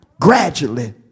gradually